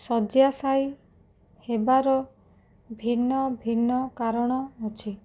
ଶର୍ଯ୍ୟାଶାଇ ହେବାର ଭିନ୍ନ ଭିନ୍ନ କାରଣ ଅଛି